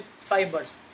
fibers